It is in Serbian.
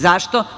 Zašto?